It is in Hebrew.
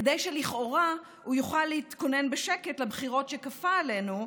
כדי שלכאורה הוא יוכל להתכונן בשקט לבחירות שכפה עלינו,